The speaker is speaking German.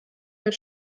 mit